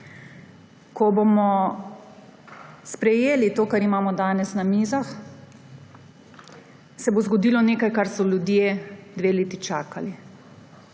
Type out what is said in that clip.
Ko bomo sprejeli to, kar imamo danes na mizah, se bo zgodilo nekaj, kar so ljudje dve leti čakali